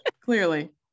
clearly